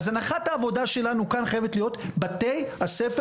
הנחת העבודה שלנו כאן חייבת להיות כזאת שבתי הספר